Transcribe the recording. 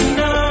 no